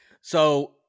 So-